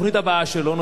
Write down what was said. התוכנית הבאה שלו,